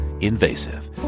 invasive